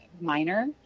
minor